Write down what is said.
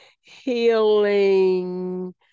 Healing